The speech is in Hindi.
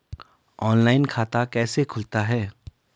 ऑनलाइन खाता कैसे खुलता है?